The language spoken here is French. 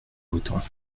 autant